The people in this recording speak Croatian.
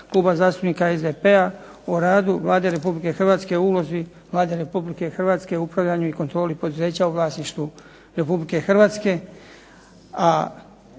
Kluba zastupnika SDP-a o radu Vlade Republike Hrvatske, o ulozi Vlade Republike Hrvatske u upravljanju i kontroli poduzeća u vlasništvu Republike Hrvatske.